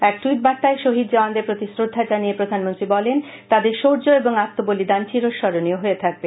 এক টুইট বার্তায় শহীদ জওয়ানদের প্রতি শ্রদ্ধা জানিয়ে প্রধানমন্ত্রী বলেন তাদের শৌর্য এবং আত্মবলিদান চির স্মরণীয় হয়ে থাকবে